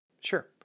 Sure